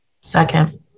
Second